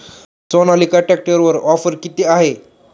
सोनालिका ट्रॅक्टरवर ऑफर किती आहे?